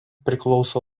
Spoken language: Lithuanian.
priklauso